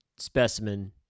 specimen